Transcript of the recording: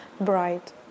bright